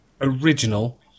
original